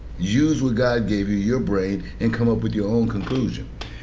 use what god gave you, your brain and come up with your own conclusion.